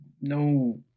no